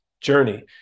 journey